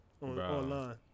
Online